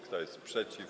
Kto jest przeciw?